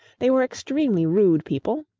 they were extremely rude people,